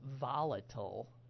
volatile